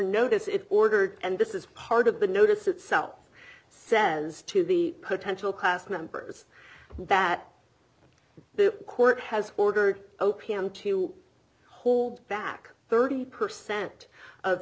notice it ordered and this is part of the notice itself says to the potential class members that the court has ordered o p m to hold back thirty percent of